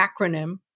acronym